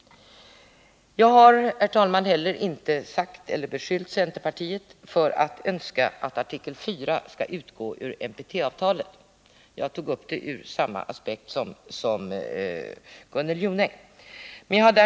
Jag har, herr talman, heller inte beskyllt centerpartiet för att önska att artikel IV skall utgå ur NPT-avtalet. Jag tog upp det ur samma aspekt som Gunnel Jonäng.